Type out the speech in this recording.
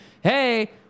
hey